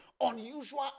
Unusual